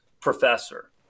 professor